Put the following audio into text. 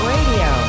Radio